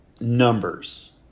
numbers